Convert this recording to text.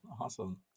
Awesome